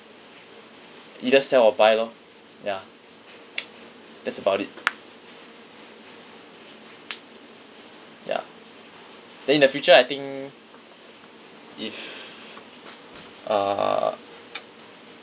either sell or buy lor ya that's about it ya then in the future I think if uh